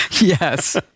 Yes